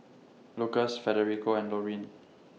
Lukas Federico and Lorine